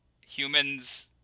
humans